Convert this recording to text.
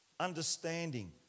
understanding